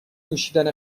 نوشیدن